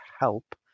help